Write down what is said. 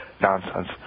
nonsense